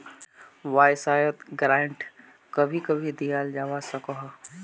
वाय्सायेत ग्रांट कभी कभी दियाल जवा सकोह